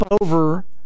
over